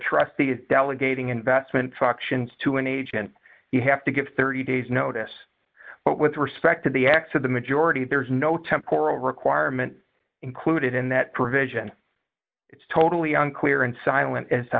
trust the delegating investment functions to an agent you have to give thirty days notice but with respect to the acts of the majority there is no temporal requirement included in that provision it's totally unclear and silent as to